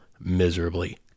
miserably